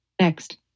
Next